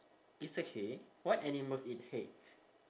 it's a hay what animals eat hay